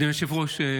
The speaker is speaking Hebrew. אדוני היושב-ראש,